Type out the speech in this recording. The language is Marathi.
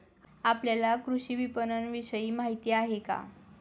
आपल्याला कृषी विपणनविषयी माहिती आहे का?